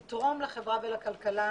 תתרום לחברה ולכלכלה,